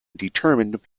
determined